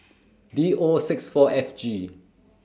D O six four F G